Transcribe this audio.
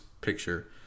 picture